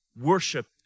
worship